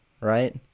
Right